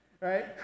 right